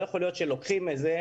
לא יכול להיות שלוקחים מזה,